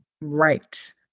Right